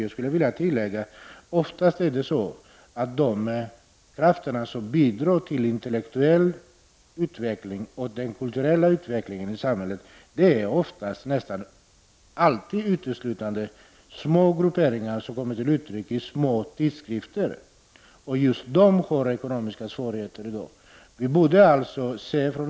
Jag skulle vilja tillägga att de krafter som bidrar till intellektuell och kulturell utveckling i samhället nästan uteslutande är små grupperingar som kommer till uttryck i små tidskrifter. Dessa har ekonomiska svårigheter i dag.